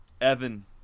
Evan